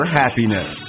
happiness